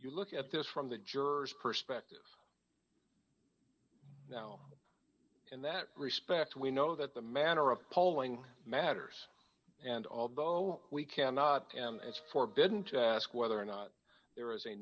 you look at this from the jurors perspective now in that respect we know that the manner of polling matters and although we cannot and it's forbidden to ask whether or not there is a